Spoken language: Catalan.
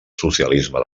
socialisme